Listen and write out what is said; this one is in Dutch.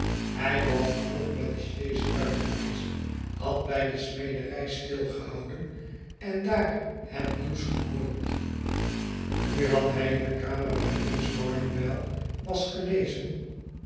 hij was vroeg met de sjees uit geweest had bij de smederij stilgehouden en daar het nieuws gehoord nu had hij in dekamer waar eens barnwell was gelezen